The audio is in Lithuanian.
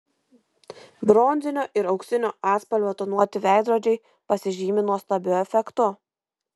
bronzinio ir auksinio atspalvio tonuoti veidrodžiai pasižymi nuostabiu efektu